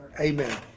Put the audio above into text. Amen